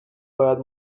باید